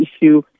issue